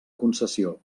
concessió